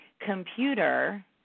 computer